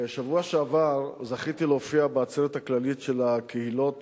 בשבוע שעבר זכיתי להופיע בעצרת הכללית של הקהילות